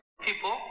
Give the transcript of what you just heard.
people